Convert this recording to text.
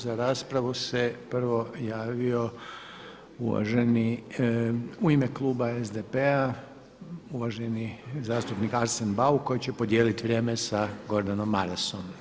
Za raspravu se prvo javio uvaženi, u ime kluba SDP-a uvaženi zastupnik Arsen Bauk koji će podijeliti vrijeme sa Gordanom Marasom.